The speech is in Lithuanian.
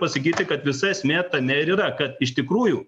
pasakyti kad visa esmė tame ir yra kad iš tikrųjų